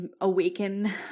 awaken